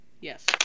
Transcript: Yes